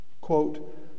Quote